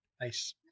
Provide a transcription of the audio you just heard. nice